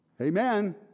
Amen